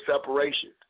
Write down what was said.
separation